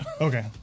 Okay